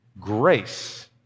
grace